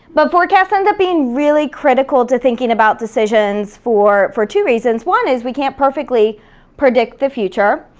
but forecast ends up being really critical to thinking about decisions for for two reasons. one is we can't perfectly predict the future,